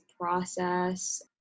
process